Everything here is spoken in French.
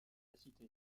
cité